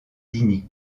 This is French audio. dini